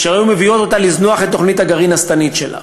שהיו מביאות אותה לזנוח את תוכנית הגרעין השטנית שלה.